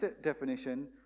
definition